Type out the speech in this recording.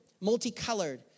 multicolored